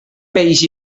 peix